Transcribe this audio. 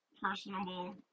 personable